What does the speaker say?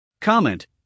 Comment